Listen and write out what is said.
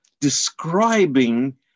describing